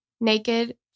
naked